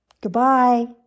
Goodbye